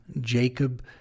Jacob